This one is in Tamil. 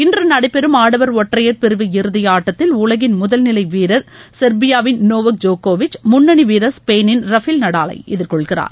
இன்று நடைபெறும் ஆடவர் ஒற்றையர் பிரிவு இறுதி ஆட்டத்தில் உலகின் முதல் நிலை வீரர் செர்பியாவின் நோவாக் ஜோக்கோவிச் முன்னணி வீரர் ஸ்பெயினின் ரபேல் நடாலை எதிர்கொள்கிறார்